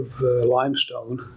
limestone